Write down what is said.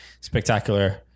spectacular